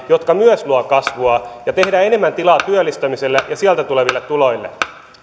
jotka myös luovat kasvua ja tehdään enemmän tilaa työllistämiselle ja sieltä tuleville tuloille